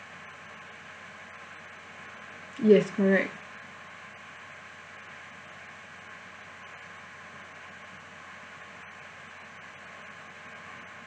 yes correct